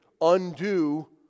undo